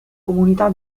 comunità